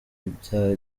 bya